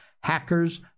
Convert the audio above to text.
hackers